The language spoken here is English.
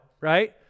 right